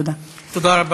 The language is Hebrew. תודה.